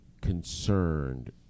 concerned